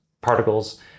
particles